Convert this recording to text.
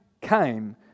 came